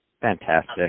Fantastic